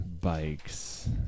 bikes